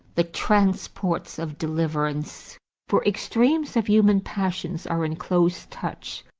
the transports of deliverance for extremes of human passions are in close touch,